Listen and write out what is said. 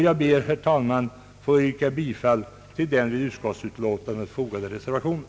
Jag ber, herr talman, att få yrka bifall till den vid utskottsutlåtandet fogade reservationen.